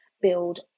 build